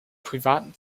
privaten